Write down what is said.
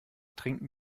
trinken